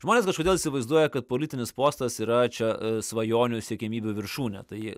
žmonės kažkodėl įsivaizduoja kad politinis postas yra čia svajonių siekiamybių viršūnė tai